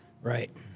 Right